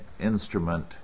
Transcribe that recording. instrument